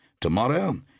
Tomorrow